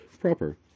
proper